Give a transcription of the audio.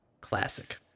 Classic